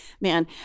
man